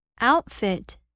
outfit